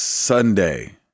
Sunday